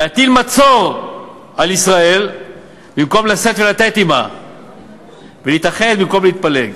להטיל מצור על ישראל במקום לשאת ולתת אתה ולהתאחד במקום להתפלג".